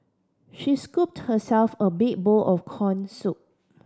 she scooped herself a big bowl of corn soup